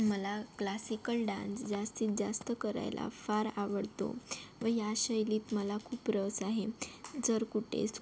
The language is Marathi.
मला क्लासिकल डान्स जास्तीत जास्त करायला फार आवडतो व या शैलीत मला खूप रस आहे जर कुठे